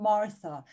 Martha